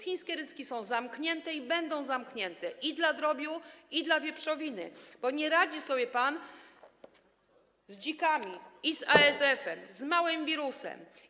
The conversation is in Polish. Chińskie rynki są zamknięte i będą zamknięte dla drobiu i dla wieprzowiny, bo nie radzi pan sobie z dzikami i ASF, z małym wirusem.